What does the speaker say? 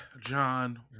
John